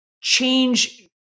change